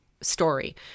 story